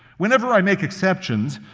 whenever i make exceptions,